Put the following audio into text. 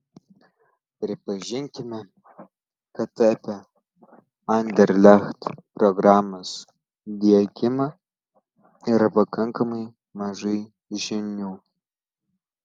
pripažinkime kad apie anderlecht programos diegimą yra pakankamai mažai žinių